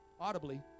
audibly